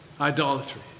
Idolatry